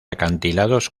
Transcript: acantilados